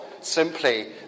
simply